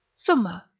summa,